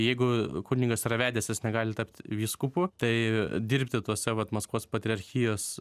jeigu kunigas yra vedęs jis negali tapt vyskupu tai dirbti tose vat maskvos patriarchijos